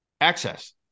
access